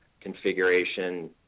configuration